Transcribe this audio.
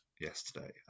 yesterday